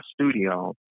studio